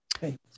Hey